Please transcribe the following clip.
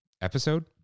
episode